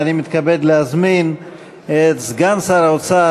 ואני מתכבד להזמין את סגן שר האוצר,